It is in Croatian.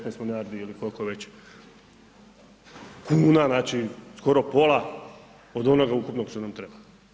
19 milijardi ili koliko već kuna, skoro pola od onog ukupnog što nam treba.